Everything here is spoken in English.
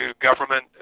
government